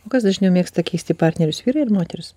o kas dažniau mėgsta keisti partnerius vyrai ir moterys